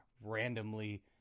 randomly